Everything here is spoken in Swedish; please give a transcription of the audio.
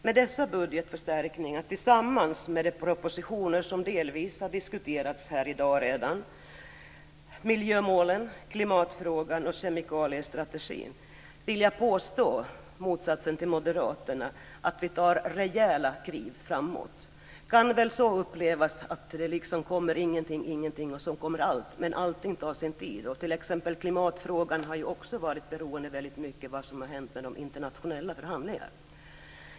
Med dessa budgetförstärkningar tillsammans med de propositioner som delvis har diskuterats här i dag - miljömålen, klimatfrågan och kemikaliestrategin - vill jag påstå motsatsen till moderaterna, att vi tar rejäla kliv framåt. Det kan väl upplevas som att det kommer ingenting och så kommer allt. Men allting tar sin tid. T.ex. klimatfrågan har ju också varit beroende av vad som har hänt i de internationella förhandlingarna.